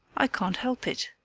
i can't help it.